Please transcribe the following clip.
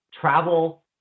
travel